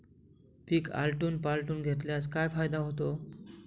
पीक आलटून पालटून घेतल्यास काय फायदा होतो?